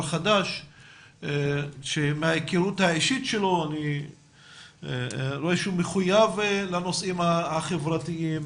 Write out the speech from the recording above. חדש שמההיכרות האישית שלו אני רואה שהוא מחויב לנושאים החברתיים,